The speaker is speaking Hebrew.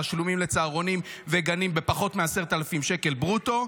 תשלומים לצהרונים וגנים בפחות מ-10,000 שקל ברוטו,